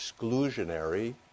exclusionary